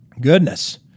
goodness